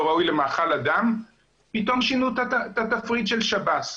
ראוי למאכל אדם פתאום שינו את התפריט של שב"ס.